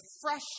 fresh